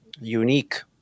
unique